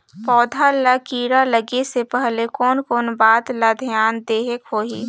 पौध ला कीरा लगे से पहले कोन कोन बात ला धियान देहेक होही?